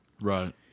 right